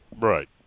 Right